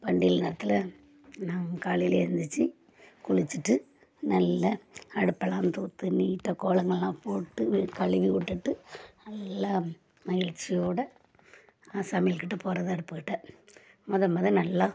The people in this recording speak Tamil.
பண்டிகைகள் நேரத்தில் நாங்கள் காலையிலேயே எழுந்திரிச்சி குளிச்சிவிட்டு நல்ல அடுப்பெல்லாம் தூத்து நீட்டாக கோலமெல்லாம் போட்டு வீடு கழுவி விட்டுட்டு நல்லா மகிழ்ச்சியோட சமையல்கிட்ட போகிறது அடுப்புக்கிட்ட மொதல் மொதல் நல்லா